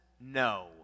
no